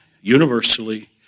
universally